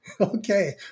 Okay